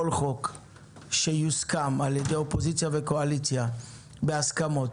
כל חוק שיוסכם על ידי האופוזיציה והקואליציה בהסכמות,